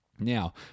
Now